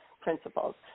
principles